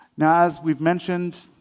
now, as we've mentioned,